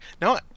No